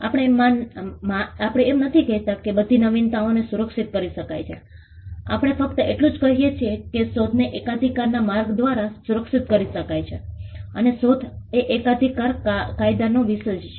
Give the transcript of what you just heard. આપણે એમ નથી કહેતા કે બધી નવીનતાઓને સુરક્ષિત કરી શકાય છે આપણે ફક્ત એટલું જ કહીએ છીએ કે શોધએ એકાધિકારના માર્ગ દ્વારા સુરક્ષિત કરી શકાય છે અને શોધ એ એકાધિકાર કાયદાનો વિષય છે